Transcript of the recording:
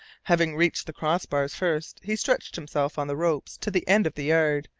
having reached the crossbars first, he stretched himself on the ropes to the end of the yard,